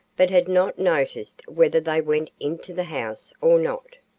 but had not noticed whether they went into the house or not.